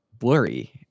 Blurry